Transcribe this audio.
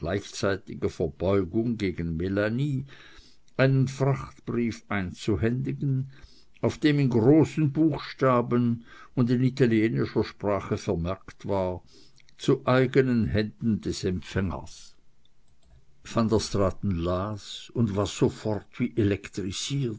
gleichzeitiger verbeugung gegen melanie einen frachtbrief einzuhändigen auf dem in großen buchstaben und in italienischer sprache vermerkt war zu eigenen händen des empfängers van der straaten las und war sofort